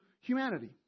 humanity